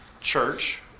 church